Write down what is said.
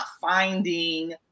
finding